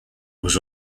was